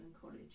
college